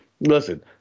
Listen